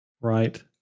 Right